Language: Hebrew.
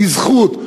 מזכות,